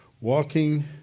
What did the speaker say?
walking